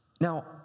Now